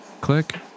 Click